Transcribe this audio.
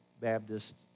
Baptist